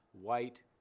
white